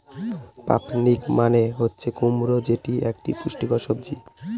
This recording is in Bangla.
পাম্পকিন মানে হচ্ছে কুমড়ো যেটি এক পুষ্টিকর সবজি